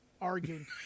arguing